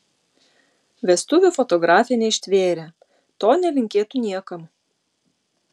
vestuvių fotografė neištvėrė to nelinkėtų niekam